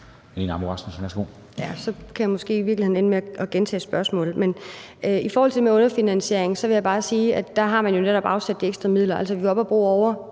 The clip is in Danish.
Så kan jeg i virkeligheden ende med at gentage spørgsmålet. Men i forhold til det med underfinansiering vil jeg bare sige, at der har man jo netop afsat de ekstra midler. Altså, vi var oppe at bruge over